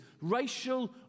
racial